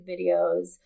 videos